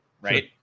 right